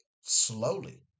slowly